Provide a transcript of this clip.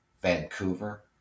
Vancouver